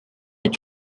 est